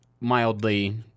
mildly